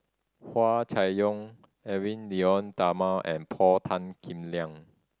Hua Chai Yong Edwy Lyonet Talma and Paul Tan Kim Liang